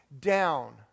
down